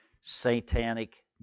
satanic